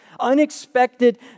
unexpected